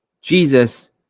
Jesus